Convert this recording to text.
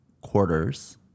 quarters